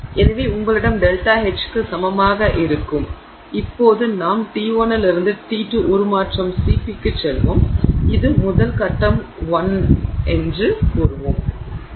எனவே உங்களிடம் ΔH க்கு சமமாக இருக்கும் இப்போது நாம் T1 இலிருந்து T2 உருமாற்றம் Cp க்கு செல்வோம் இது முதல் கட்டம் 1 என்று கூறுவோம்